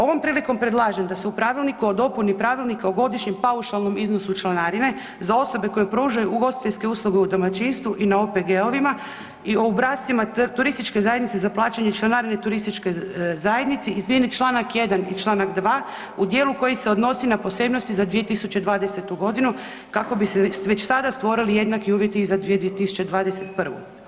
Ovom prilikom predlažem da se u Pravilniku o dopuni Pravilnika o godišnjem paušalnom iznosu članarine za osobe koje pružaju ugostiteljske usluge u domaćinstvu i na OPG-ovima i u obrascima turističke zajednice za plaćanje članarine turističkoj zajednici izmijeni čl. 1 i čl. 2 u dijelu koji se odnosi na posebnosti za 2020. g. kako bi se već sada stvorili jednaki uvjeti i za 2021.